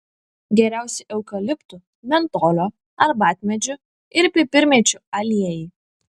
geriausi eukaliptų mentolio arbatmedžių ir pipirmėčių aliejai